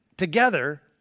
Together